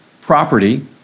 property